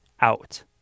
out